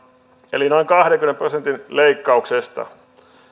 eli noin kahdenkymmenen prosentin leikkauksesta